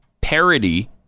parody